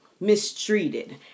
mistreated